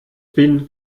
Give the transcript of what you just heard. bin